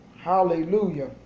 Hallelujah